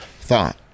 thought